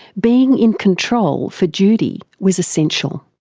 being in control for judy was essential.